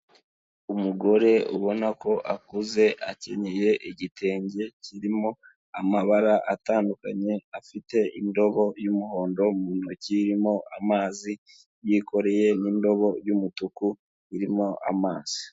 Umugore ubona ko akuze akenyeye igitenge kirimo amabara atandukanye, afite indobo y'umuhondo mu ntoki irimo amazi, yikoreye n'indobo y'umutuku irimo amazi.